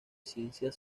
ciencias